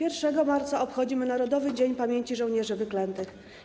1 marca obchodzimy Narodowy Dzień Pamięci Żołnierzy Wyklętych.